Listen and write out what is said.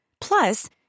Plus